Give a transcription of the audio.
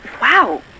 Wow